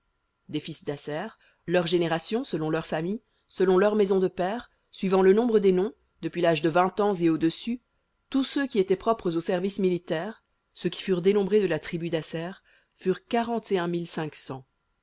des fils d'issacar leurs générations selon leurs familles selon leurs maisons de pères suivant le nombre des noms depuis l'âge de vingt ans et au-dessus tous ceux qui étaient propres au service militaire ceux qui furent dénombrés de la tribu d'issacar furent